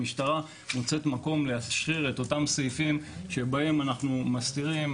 המשטרה מוצאת מקום לאפשר את אותם סעיפים שבהם אנחנו מסתירים